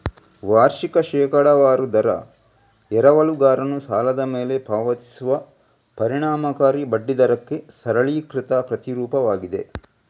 ವಾರ್ಷಿಕ ಶೇಕಡಾವಾರು ದರ ಎರವಲುಗಾರನು ಸಾಲದ ಮೇಲೆ ಪಾವತಿಸುವ ಪರಿಣಾಮಕಾರಿ ಬಡ್ಡಿ ದರಕ್ಕೆ ಸರಳೀಕೃತ ಪ್ರತಿರೂಪವಾಗಿದೆ